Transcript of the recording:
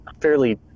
fairly